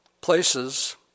places